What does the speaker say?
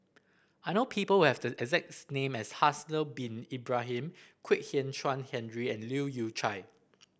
I know people who have the exacts name as Haslir Bin Ibrahim Kwek Hian Chuan Henry and Leu Yew Chye